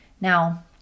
now